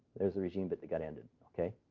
there's a regime bit that got ended, ok?